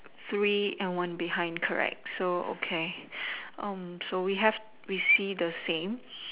three and one behind correct so okay so we have we see the same